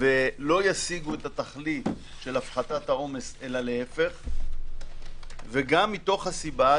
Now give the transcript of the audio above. ולא ישיגו את התכלית של הפחתת העומס אלא להפך; וגם מהסיבה,